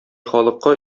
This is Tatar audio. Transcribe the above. халыкка